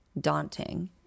daunting